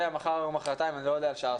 מחר או מחרתיים, אני לא יודע סופית.